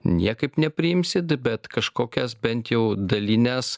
niekaip nepriimsit bet kažkokias bent jau dalines